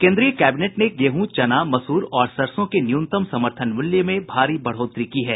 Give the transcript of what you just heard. केन्द्रीय कैबिनेट ने गेहूं चना मसूर और सरसों के न्यूनतम समर्थन मूल्य में भारी बढ़ोतरी की है